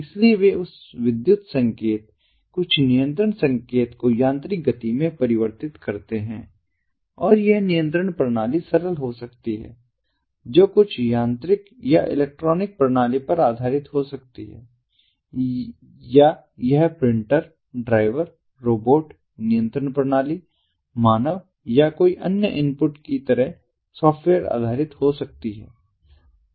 इसलिए वे उस विद्युत संकेत कुछ नियंत्रण संकेत को यांत्रिक गति में परिवर्तित करते हैं और यह नियंत्रण प्रणाली सरल हो सकती है जो कुछ यांत्रिक या इलेक्ट्रॉनिक प्रणाली पर आधारित हो सकती है या यह प्रिंटर ड्राइवर रोबोट नियंत्रण प्रणाली मानव या कोई अन्य इनपुट की तरह सॉफ्टवेयर आधारित हो सकती है